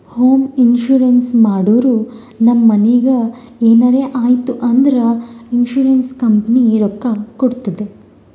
home insurance ಮಾಡುರ್ ನಮ್ ಮನಿಗ್ ಎನರೇ ಆಯ್ತೂ ಅಂದುರ್ ಇನ್ಸೂರೆನ್ಸ್ ಕಂಪನಿ ರೊಕ್ಕಾ ಕೊಡ್ತುದ್